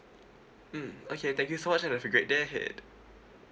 mm okay thank you so much and have a great day ahead